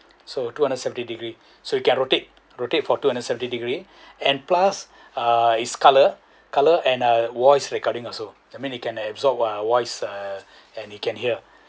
so two hundred seventy degree so it can rotate rotate for two hundred seventy degree and plus uh his colour colour and uh voice recording also that mean you can absorb uh voice uh and you can hear